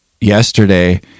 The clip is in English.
yesterday